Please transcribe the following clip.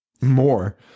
More